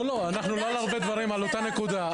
לא על הרבה דברים, על אותה נקודה.